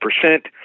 percent